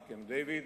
בקמפ-דייווויד,